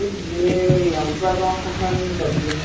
అది మీరు ఎంత పెడదామనుకుంటున్నారండి డబ్బులు